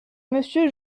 monsieur